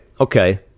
Okay